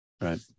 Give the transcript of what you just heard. right